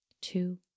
two